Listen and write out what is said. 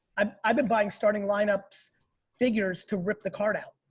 i've been buying starting lineups figures to rip the card out.